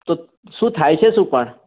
તો શું થાય છે શું પણ